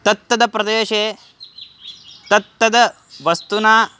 तत्तद्प्रदेशे तत्तद् वस्तुना